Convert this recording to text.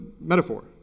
metaphor